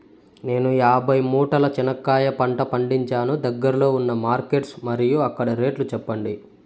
నేను యాభై మూటల చెనక్కాయ పంట పండించాను దగ్గర్లో ఉన్న మార్కెట్స్ మరియు అక్కడ రేట్లు చెప్పండి?